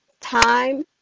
Time